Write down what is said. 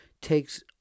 takes